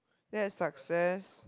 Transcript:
that is success